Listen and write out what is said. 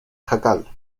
jacal